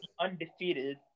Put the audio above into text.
Undefeated